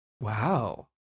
Wow